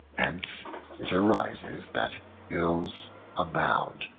hence it arises that ills abound,